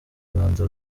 rwanda